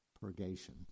purgation